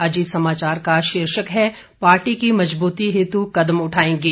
अजीत समाचार का शीर्षक है पार्टी की मजबूती हेत् कदम उठाएंगे